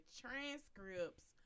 transcripts